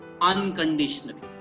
unconditionally